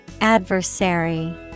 Adversary